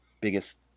biggest